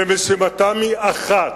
ומשימתם היא אחת: